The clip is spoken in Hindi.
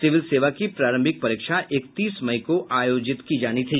सिविल सेवा की प्रारंभिक परीक्षा इकतीस मई को आयोजित की जानी थी